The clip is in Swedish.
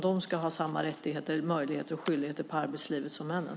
De ska ha samma rättigheter, möjligheter och skyldigheter inom arbetslivet som männen.